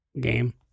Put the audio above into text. Game